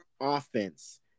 offense